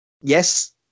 Yes